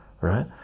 right